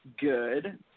good